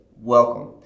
welcome